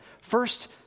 First